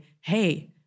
hey